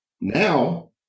Now